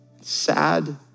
sad